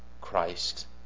Christ